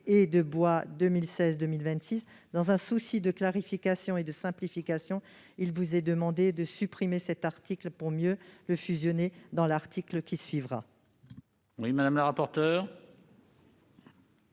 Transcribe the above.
et du bois 2016-2026. Dans un souci de clarification et de simplification, il vous est demandé de supprimer cet article pour mieux le fusionner dans l'article suivant.